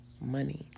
money